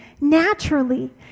naturally